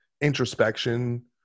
introspection